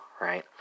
right